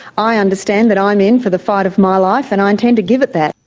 i understand that i'm in for the fight of my life and i intend to give it that.